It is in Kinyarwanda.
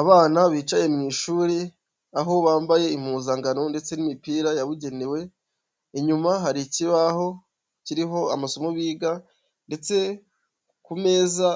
Abana bicaye mu ishuri aho bambaye impuzangano ndetse n'imipira yabugenewe, inyuma hari ikibaho kiriho amasomo biga, ndetse ku meza